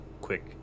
quick